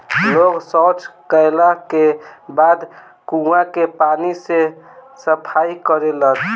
लोग सॉच कैला के बाद कुओं के पानी से सफाई करेलन